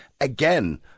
again